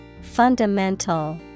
Fundamental